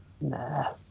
Nah